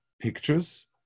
pictures